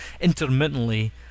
intermittently